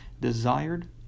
...desired